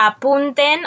apunten